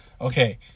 Okay